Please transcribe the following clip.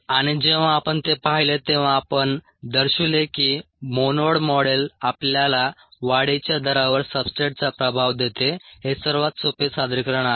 आणि जेव्हा आपण ते पाहिले तेव्हा आपण दर्शविले की मोनोड मॉडेल आपल्याला वाढीच्या दरावर सब्सट्रेटचा प्रभाव देते हे सर्वात सोपे सादरीकरण आहे